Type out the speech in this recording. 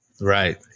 Right